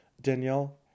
Danielle